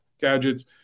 gadgets